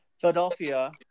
Philadelphia